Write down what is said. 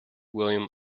william